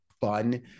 fun